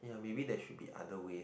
ya maybe there should be other ways